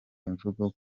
imivugo